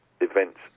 events